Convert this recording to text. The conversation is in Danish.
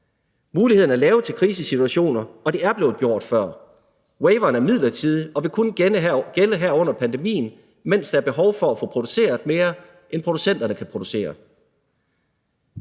Mulighederne er lavet til krisesituationer, og det er blevet gjort før. Waiveren er midlertidig og vil kun gælde her under pandemien, mens der er behov for at få produceret mere, end producenterne kan producere.